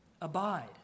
Abide